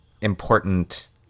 important